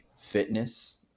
fitness